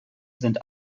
sind